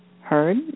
heard